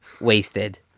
wasted